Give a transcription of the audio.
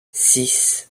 six